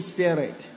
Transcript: Spirit